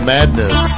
madness